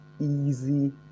easy